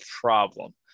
problem